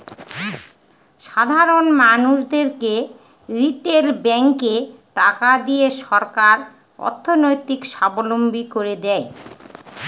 সাধারন মানুষদেরকে রিটেল ব্যাঙ্কে টাকা দিয়ে সরকার অর্থনৈতিক সাবলম্বী করে দেয়